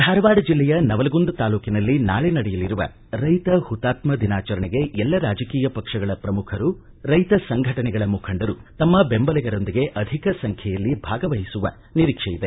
ಧಾರವಾಡ ಜಿಲ್ಲೆಯ ನವಲಗುಂದ ತಾಲೂಕಿನಲ್ಲಿ ನಾಳೆ ನಡೆಯಲಿರುವ ರೈತ ಹುತಾತ್ನ ದಿನಾಚರಣೆಗೆ ಎಲ್ಲ ರಾಜಕೀಯ ಪಕ್ಷಗಳ ಪ್ರಮುಖರು ರೈತ ಸಂಘಟನೆಗಳ ಮುಖಂಡರು ತಮ್ಮ ಬೆಂಬಲಿಗರೊಂದಿಗೆ ಅಧಿಕ ಸಂಖ್ಯೆಯಲ್ಲಿ ಭಾಗವಹಿಸುವ ನಿರೀಕ್ಷೆ ಇದೆ